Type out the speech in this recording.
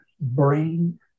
brain